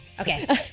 Okay